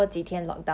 oh